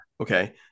okay